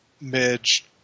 Midge